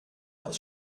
aus